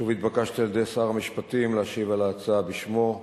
שוב התבקשתי על-ידי שר המשפטים להשיב על ההצעה בשמו.